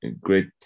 great